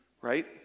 right